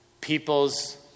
people's